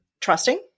trusting